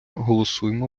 голосуємо